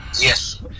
Yes